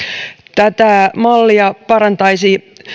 tätä mallia parantaisi